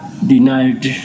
Denied